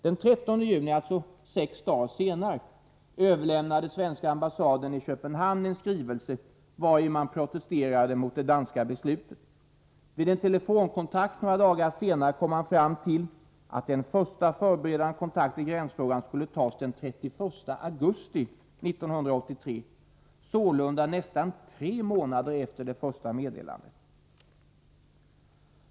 Den 13 juni, alltså sex dagar senare, överlämnade svenska ambassaden i Köpenhamn en skrivelse, vari man protesterade mot det danska beslutet. Vid en telefonkontakt några dagar senare kom man fram till att en första förberedande kontakt i gränsfrågan skulle tas den 31 augusti 1983, sålunda nästan tre månader efter det första meddelandet!